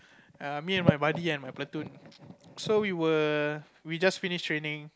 err me and my buddy and my platoon so we were we just finished training